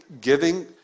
giving